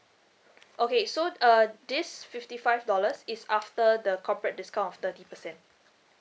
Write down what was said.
okay so uh this fifty five dollars is after the corporate discount of thirty percent